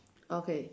okay